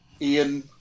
Ian